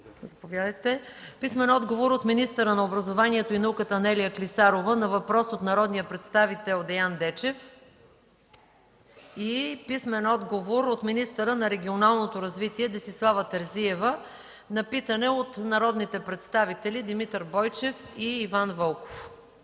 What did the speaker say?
Михалевски; - министъра на образованието и науката Анелия Клисарова на въпрос от народния представител Деян Дечев; - министъра на регионалното развитие Десислава Терзиева на питане от народните представители Димитър Бойчев и Иван Вълков.